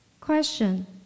Question